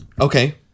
okay